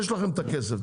יש לכם את הכסף,